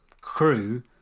crew